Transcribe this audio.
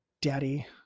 daddy